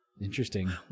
Interesting